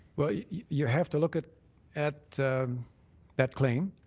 well, you have to look at at that claim,